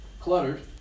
cluttered